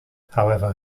however